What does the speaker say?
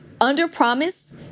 under-promise